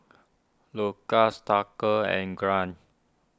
Lukas Tucker and Grant